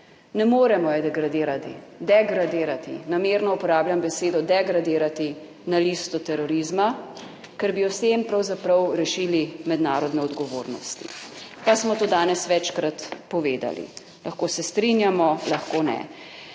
ne moremo je degradirati. Degradirati. Namerno uporabljam besedo degradirati na listo terorizma, ker bi o tem pravzaprav rešili mednarodne odgovornosti, pa smo to danes večkrat povedali. Lahko se strinjamo, lahko ne,